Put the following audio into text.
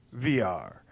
VR